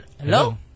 Hello